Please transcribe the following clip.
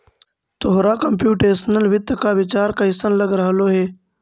तोहरा कंप्युटेशनल वित्त का विचार कइसन लग रहलो हे